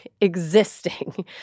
existing